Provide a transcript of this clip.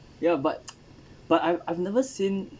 ya but but I I've never seen